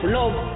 love